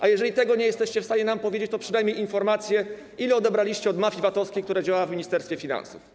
A jeżeli nie jesteście w stanie nam tego powiedzieć, to przynajmniej podać informację, ile odebraliście od mafii VAT-owskiej, która działała w Ministerstwie Finansów.